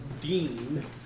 Dean